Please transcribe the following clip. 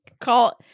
call